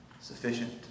sufficient